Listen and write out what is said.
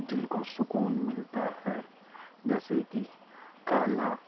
دِل کو سکون ملتا ہے جیسے کہ کالا